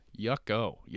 yucko